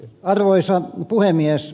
arvoisa puhemies